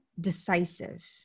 decisive